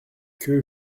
que